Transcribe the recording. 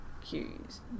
cues